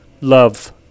Love